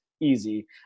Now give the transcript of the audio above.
Easy